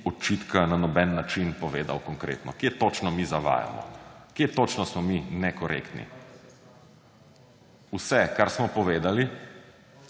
očitka na noben način povedal konkretno. Kje točno mi zavajamo? Kje točno smo mi nekorektni? / oglašanje